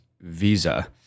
Visa